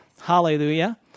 Hallelujah